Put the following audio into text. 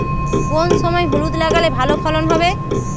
কোন সময় হলুদ লাগালে ভালো ফলন হবে?